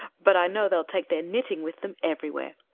but i know they'll take their knitting with them everywhere.